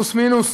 פלוס מינוס,